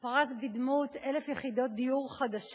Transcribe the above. פרס בדמות 1,000 יחידות דיור חדשות